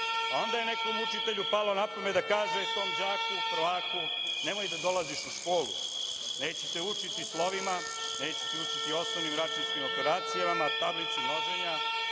onda je nekom učitelju palo na pamet da kaže tom đaku prvaku nemoj da dolaziš u školu, nećete učiti slovima, nećete učiti osnovnim računskim operacijama, tablicu množenja,